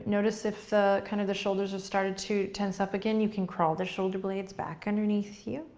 notice if the kind of the shoulders have started to tense up again, you can crawl the shoulder blades back underneath you,